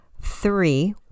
Three